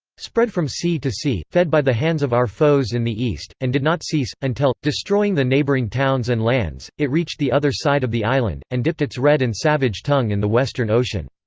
spread from sea to sea, fed by the hands of our foes in the east, and did not cease, until, destroying the neighbouring towns and lands, it reached the other side of the island, and dipped its red and savage tongue in the western ocean.